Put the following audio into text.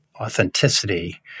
authenticity